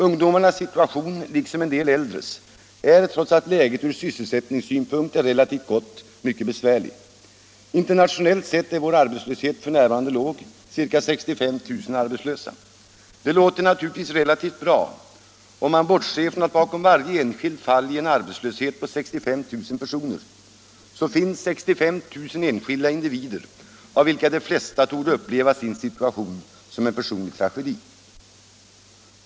Ungdomarnas situation — liksom en del äldres — är, trots att läget från sysselsättningssynpunkt är relativt gott, mycket besvärlig. Internationellt sett är vår arbetslöshet f.n. låg — ca 65 000 arbetslösa. Det låter naturligtvis relativt bra, om man bortser från att bakom varje enskilt fall i en arbetslöshet på 65 000 personer finns 65 000 enskilda individer av vilka de flesta torde uppleva sin situation som en personlig tragedi.